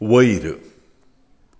वयर